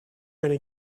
gonna